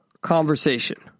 conversation